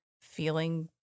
feeling